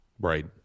Right